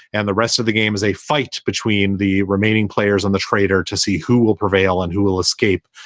and the rest of the game is a fight between the remaining players on the traitor to see who will prevail and who will escape.